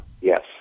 Yes